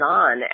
on